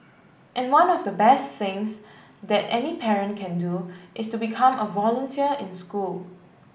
and one of the best things that any parent can do is to become a volunteer in school